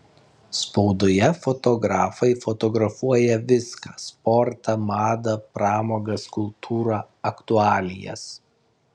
spaudoje fotografai fotografuoja viską sportą madą pramogas kultūrą aktualijas